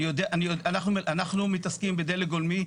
אנחנו מתעסקים בדלק גולמי,